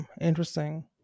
Interesting